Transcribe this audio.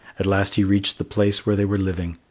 at last he reached the place where they were living.